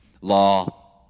law